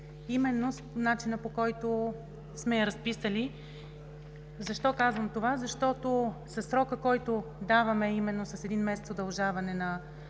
именно начинът, по който сме я разписали. Защо казвам това? Защото със срока, който даваме – с един месец удължаване след